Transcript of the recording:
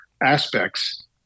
aspects